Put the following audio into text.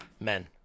Men